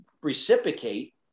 reciprocate